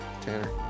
Tanner